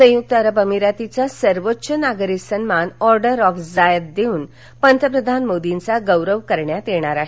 संयुक्त अरब अमिरातीचा सर्वोच्च नागरी सन्मान ऑडर ऑफ झायद देऊन पंतप्रधान मोदींचा गौरव करण्यात योणार आहे